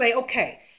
okay